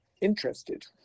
interested